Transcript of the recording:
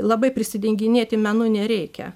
labai prisidenginėti menu nereikia